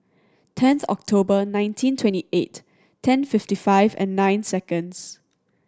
tenth October nineteen twenty eight ten fifty five and nine seconds